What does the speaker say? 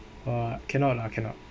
uh cannot lah cannot